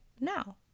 now